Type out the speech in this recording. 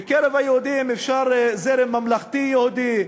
בקרב היהודים אפשר זרם ממלכתי יהודי,